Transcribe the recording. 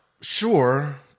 Sure